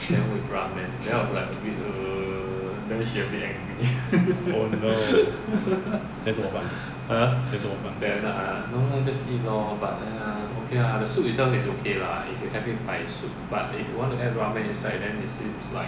oh no then 怎么办 then 怎么办